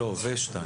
לא, ו-(2).